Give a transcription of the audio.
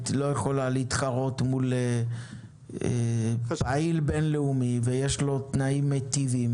לא יכולה להתחרות מול פעיל בינלאומי ויש לו תנאים מיטיבים,